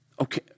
okay